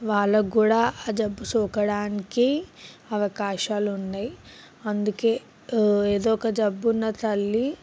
వాళ్ళకి కూడా ఆ జబ్బు సోకడానికి అవకాశాలు ఉన్నాయి అందుకే ఏదో ఒక జబ్బు ఉన్న తల్లి